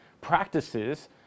practices